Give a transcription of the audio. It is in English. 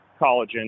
collagen